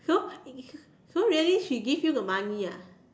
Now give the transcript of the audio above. so so really she give you the money ah